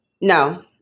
No